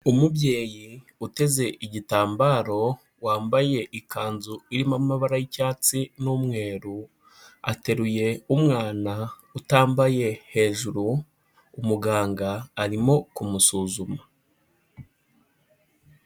Umubyeyi uteze igitambaro wambaye ikanzu irimo amabara y'icyatsi n'umweru ateruye umwana utambaye hejuru. Umuganga arimo kumusuzuma.